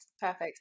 perfect